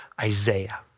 Isaiah